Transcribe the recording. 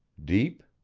deep,